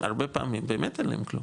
הרבה פעמים, באמת אין להם כלום